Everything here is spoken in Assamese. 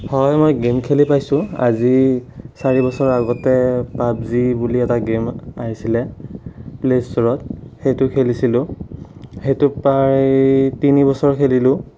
হয় মই গেম খেলি পাইছোঁ আজি চাৰিবছৰৰ আগতে পাবজি বুলি এটা গেম আহিছিলে প্লে'ষ্টৰত সেইটো খেলিছিলোঁ সেইটো প্ৰায় তিনিবছৰ খেলিলোঁ